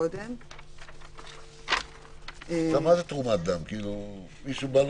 להשתתף בו," קודם היה כתוב "חייב להשתתף",